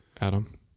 Adam